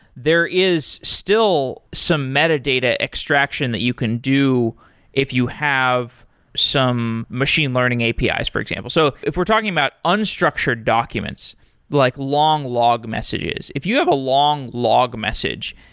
there is still some metadata extraction that you can do if you have some machine learning apis, for example. so if we're talking about unstructured documents like long log messages, if you have a long log message,